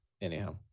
Anyhow